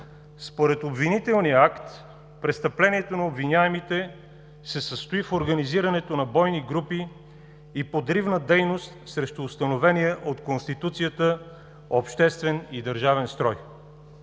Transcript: Според обвинителния акт престъплението на обвиняемите се състои в организирането на бойни групи и подривна дейност срещу установения от Конституцията обществен и държавен строй.